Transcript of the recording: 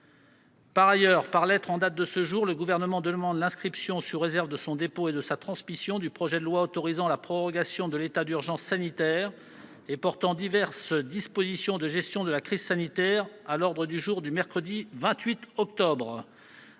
Par ailleurs, par lettre en date de ce jour, le Gouvernement demande l'inscription, sous réserve de son dépôt et de sa transmission, du projet de loi autorisant la prorogation de l'état d'urgence sanitaire et portant diverses dispositions de gestion de la crise sanitaire à l'ordre du jour du mercredi 28 octobre,